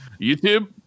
YouTube